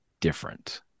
different